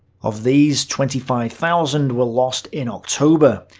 of these, twenty five thousand were lost in october,